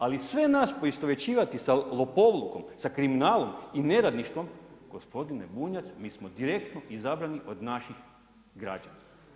Ali sve nas poistovjećivati sa lopovlukom, sa kriminalom i neradništvom gospodine Bunjac mi smo direktno izabrani od naših građana.